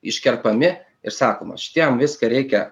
iškerpami ir sakoma šitiem viską reikia